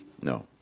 No